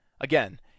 Again